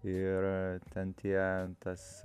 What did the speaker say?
ir ten tie tas